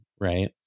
right